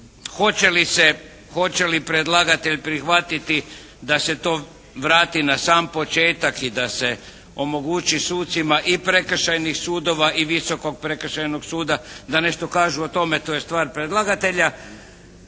hoće li predlagatelj prihvatiti da se to vrati na sam početak i da se omogući i sucima i prekršajnih sudova i Visokog prekršajnog suda da nešto kažu o tome. To je stvar predlagatelja,